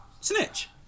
snitch